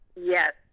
Yes